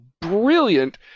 brilliant